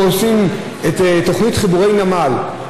אם אנחנו עושים את תוכנית חיבורי נמל,